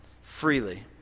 freely